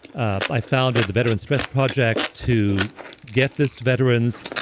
ah i founded the veterans stress project to get this to veterans.